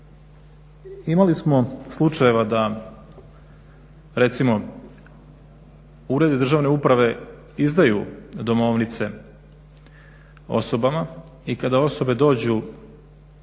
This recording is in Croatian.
Imali smo slučajeva da recimo Uredi državne uprave izdaju domovnice osobama i kada osobe dođu